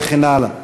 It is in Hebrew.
וכן הלאה.